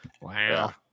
Wow